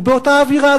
ובאותה אווירה,